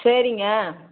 சரிங்க